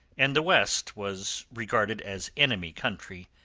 and the west was regarded as enemy country,